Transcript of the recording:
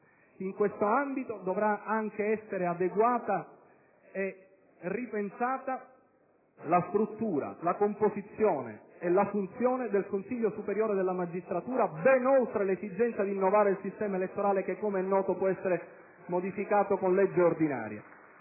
In quest'ambito dovranno anche essere adeguate e ripensate la struttura, la composizione e la funzione del Consiglio superiore della magistratura, ben oltre l'esigenza di innovarne il sistema elettorale che, com'è noto, può essere modificato con legge ordinaria.